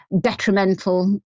detrimental